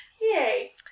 Yay